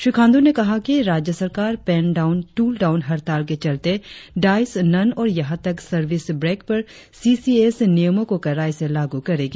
श्री खांडू ने कहा कि राज्य सरकार पेन डाउन टूल डाउन अड़ताल के चलते डाइस नन और यहा तक सर्विस ब्रेक पर सी सी एस नियमों को कड़ाई से लागू करेगी